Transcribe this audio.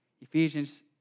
Ephesians